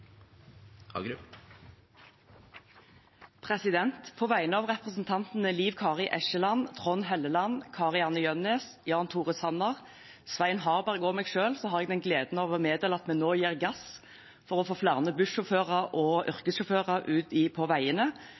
På vegne av representantene Liv Kari Eskeland, Trond Helleland, Kari-Anne Jønnes, Jan Tore Sanner, Svein Harberg og meg selv har jeg gleden av å meddele at vi nå gir gass for å få flere bussjåfører og yrkessjåfører ut på veiene